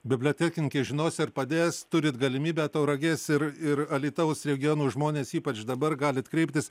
bibliotekininkės žinos ir padės turit galimybę tauragės ir ir alytaus regionų žmonės ypač dabar galit kreiptis